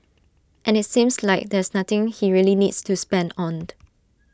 and IT seems like there's nothing he really needs to spend on